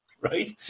right